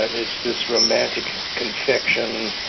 it's this romantic confection.